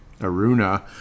Aruna